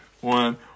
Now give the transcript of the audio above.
one